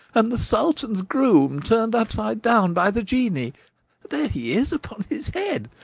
and the sultan's groom turned upside down by the genii there he is upon his head!